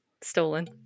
stolen